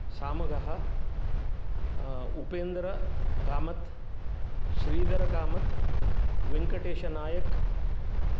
सामगः Upendra Kamath Shridhar Kamath Venkatesh Nayak